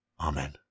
Amen